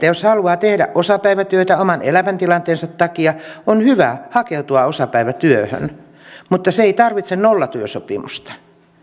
jos haluaa tehdä osapäivätyötä oman elämäntilanteensa takia on hyvä hakeutua osapäivätyöhön mutta siihen ei tarvita nollatyösopimusta